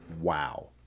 wow